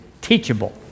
teachable